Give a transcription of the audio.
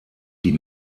die